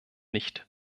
nicht